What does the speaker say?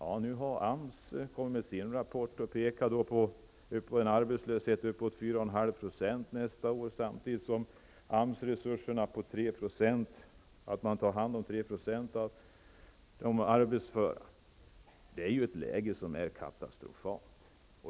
AMS har nu kommit med en rapport som pekar på en arbetslöshet nästa år uppemot 4,5 %, samtidigt som AMS resurser räcker till att ta hand om 3 % av de arbetsföra. Vi befinner oss i ett läge som är katastrofalt.